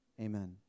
amen